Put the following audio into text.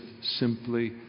simply